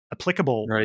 applicable